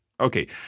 Okay